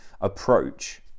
approach